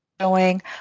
Showing